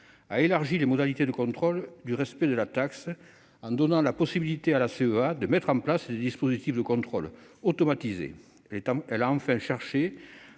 a élargi les modalités de contrôle du respect de la taxe, en donnant à la CEA la possibilité de mettre en place des dispositifs de contrôle automatisés. Enfin, elle a cherché